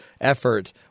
effort